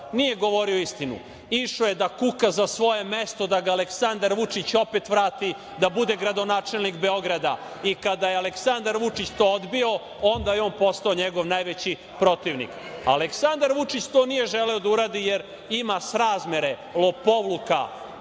nije govorio istinu. Išao je da kuka za svoje mesto da ga Aleksandar Vučić opet vrati da bude gradonačelnik Beograda. I kada je Aleksandar Vučić to odbio, onda je on postao njegov najveći protivnik. Aleksandar Vučić to nije želeo da uradi, jer ima srazmere lopovluka,